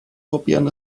probieren